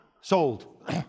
Sold